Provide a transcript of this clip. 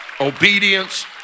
obedience